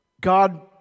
God